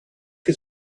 his